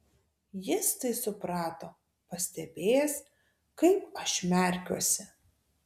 jis tai suprato pastebėjęs kaip aš merkiuosi